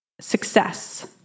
success